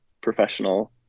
professional